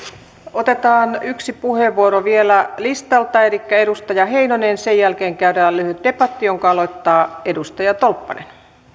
otetaan yksi puheenvuoro vielä listalta elikkä edustaja heinonen sen jälkeen käydään lyhyt debatti jonka aloittaa edustaja tolppanen